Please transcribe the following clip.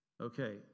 Okay